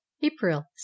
April